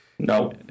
No